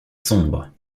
sombre